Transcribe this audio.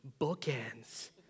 Bookends